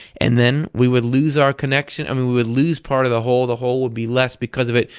and then we would lose our connection, i mean we would lose part of the whole, the whole would be less because of it.